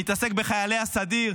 נתעסק בחיילי הסדיר,